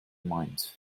mind